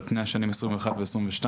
על פני השנים 2021 ו-2022,